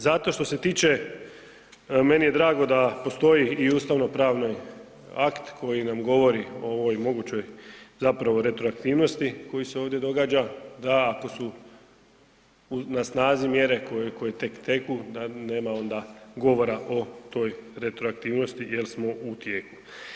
Zato što se tiče, meni je drago da postoji i ustavnopravni akt koji nam govori o ovoj mogućoj retroaktivnosti koja se ovdje događa, da ako su na snazi mjere koje tek teku da nema onda govora o toj retroaktivnosti jel smo u tijeku.